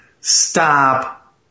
stop